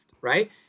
right